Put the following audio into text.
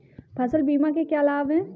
फसल बीमा के क्या लाभ हैं?